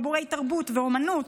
גיבורי תרבות ואומנות,